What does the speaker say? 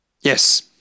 Yes